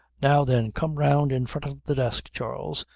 now then come round in front of the desk, charles,